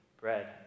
bread